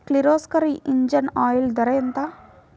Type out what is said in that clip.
Kirloskar engine oil ధర ఎంత?